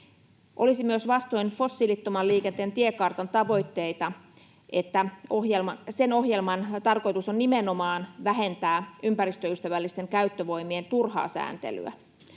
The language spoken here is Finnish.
olisi myös vastoin fossiilittoman liikenteen tiekartan tavoitteita, sillä sen ohjelman tarkoitus on nimenomaan vähentää ympäristöystävällisten käyttövoimien turhaa sääntelyä.